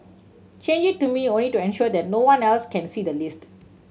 change it to me only to ensure that no one else can see the list